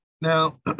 Now